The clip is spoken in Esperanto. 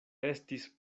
estis